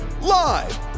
Live